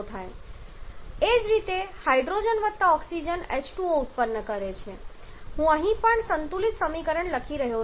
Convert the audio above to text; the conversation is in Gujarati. એ જ રીતે હાઇડ્રોજન વત્તા ઓક્સિજન H2O ઉત્પન્ન કરે છે હું અહીં સંતુલિત સમીકરણ લખી રહ્યો નથી